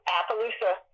Appaloosa